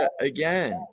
again